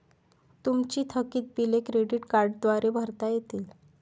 तुमची थकीत बिले क्रेडिट कार्डद्वारे भरता येतील